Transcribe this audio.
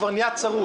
כבר נהיה צרוד.